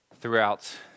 throughout